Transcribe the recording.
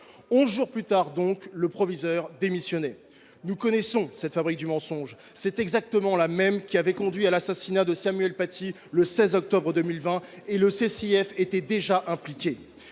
jours plus tard, donc, le proviseur démissionnait. Nous connaissons cette fabrique du mensonge. C’est exactement la même qui avait conduit à l’assassinat de Samuel Paty le 16 octobre 2020, et le CCIF était déjà impliqué.